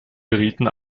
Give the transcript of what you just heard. gerieten